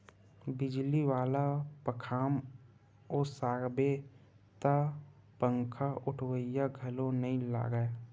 बिजली वाला पंखाम ओसाबे त पंखाओटइया घलोक नइ लागय